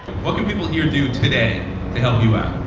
what can people here do today to help you out?